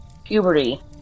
Puberty